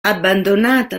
abbandonata